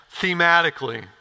thematically